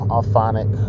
Alphonic